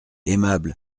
aimable